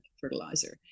fertilizer